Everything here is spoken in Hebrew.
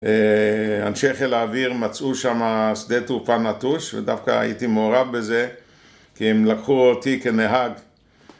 אנשי חיל האוויר מצאו שם, שדה טרופה נטוש, ודווקא הייתי מעורב בזה כי הם לקחו אותי כנהג